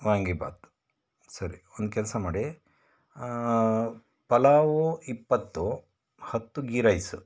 ವಾಂಗೀಭಾತ್ ಸರಿ ಒಂದು ಕೆಲಸ ಮಾಡಿ ಪಲಾವು ಇಪ್ಪತ್ತು ಹತ್ತು ಗೀ ರೈಸು